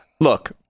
look